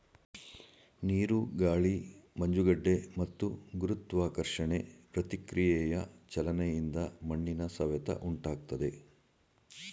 ನೀರು ಗಾಳಿ ಮಂಜುಗಡ್ಡೆ ಮತ್ತು ಗುರುತ್ವಾಕರ್ಷಣೆ ಪ್ರತಿಕ್ರಿಯೆಯ ಚಲನೆಯಿಂದ ಮಣ್ಣಿನ ಸವೆತ ಉಂಟಾಗ್ತದೆ